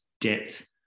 depth